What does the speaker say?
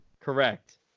correct